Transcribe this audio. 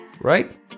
Right